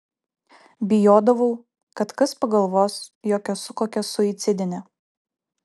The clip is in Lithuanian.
bijodavau kad kas pagalvos jog esu kokia suicidinė